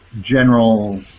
general